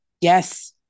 Yes